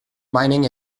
mining